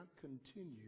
continue